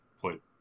put